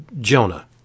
Jonah